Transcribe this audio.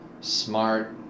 Smart